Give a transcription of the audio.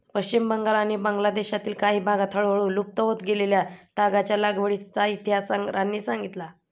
पश्चिम बंगाल आणि बांगलादेशातील काही भागांत हळूहळू लुप्त होत गेलेल्या तागाच्या लागवडीचा इतिहास सरांनी सांगितला